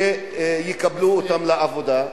שיקבלו אותן לעבודה?